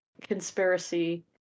conspiracy